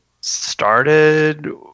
started